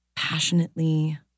Passionately